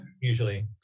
usually